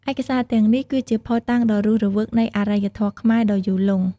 ឯកសារទាំងនេះគឺជាភស្តុតាងដ៏រស់រវើកនៃអរិយធម៌ខ្មែរដ៏យូរលង់។